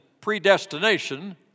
predestination